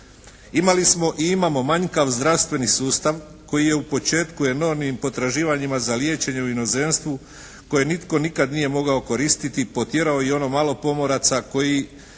Imali smo i imamo manjkav zdravstveni sustav koji je u početku enormnim potraživanjima za liječenje u inozemstvu koje nitko nikad nije mogao koristiti potjerao i ono malo pomoraca koji